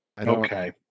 okay